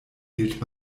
gilt